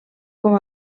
com